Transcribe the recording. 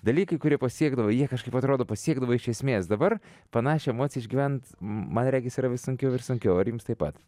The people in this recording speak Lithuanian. dalykai kurie pasiekdavo jie kažkaip atrodo pasiekdavo iš esmės dabar panašią emociją išgyvent man regis yra vis sunkiau ir sunkiau ar jums taip pat